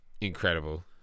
incredible